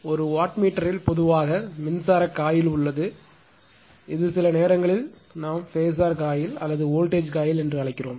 ஒரு வாட் மீட்டரில் பொதுவாக மின்சார காயில் உள்ளது இது சில நேரங்களில் நாம் பேசர் காயில் அல்லது வோல்டேஜ் காயில் என்று அழைக்கிறோம்